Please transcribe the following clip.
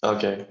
Okay